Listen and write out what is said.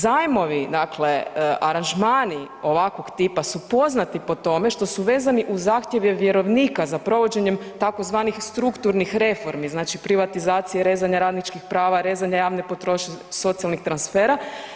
Zajmovi dakle, aranžmani ovakvog tipa su poznati po tome što su vezani uz zahtjeve vjerovnika za provođenjem tzv. strukturnih reformi znači privatizacije, rezanja radničkih prava, rezanja javne potrošnje, socijalnih transfera.